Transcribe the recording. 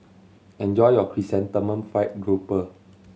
enjoy your Chrysanthemum Fried Grouper